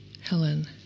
Helen